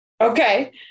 Okay